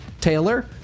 Taylor